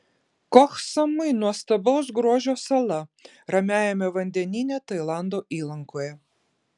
koh samui nuostabaus grožio sala ramiajame vandenyne tailando įlankoje